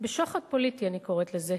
בשוחד פוליטי, אני קוראת לזה,